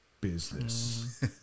business